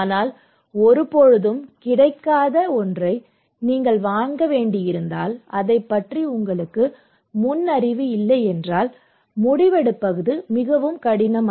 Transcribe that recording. ஆனால் ஒருபோதும் கிடைக்காத ஒன்றை நீங்கள் வாங்க வேண்டியிருந்தால் அதைப் பற்றி உங்களுக்கு முன் அறிவு இல்லையென்றால் முடிவெடுப்பது கடினம்